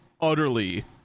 utterly